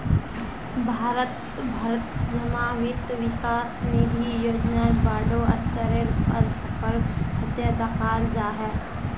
भारत भरत जमा वित्त विकास निधि योजना बोडो स्तरेर पर सफल हते दखाल जा छे